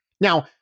Now